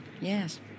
Yes